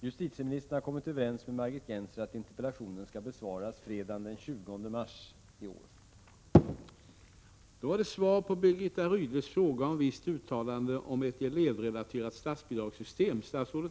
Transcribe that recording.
Justitieministern har kommit överens med Margit Gennser om att interpellationen skall besvaras fredagen den 20 mars i år.